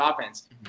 offense